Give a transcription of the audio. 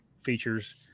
features